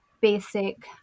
basic